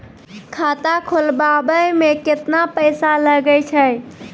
खाता खोलबाबय मे केतना पैसा लगे छै?